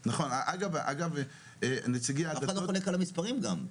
אף אחד לא חולק על המספרים גם.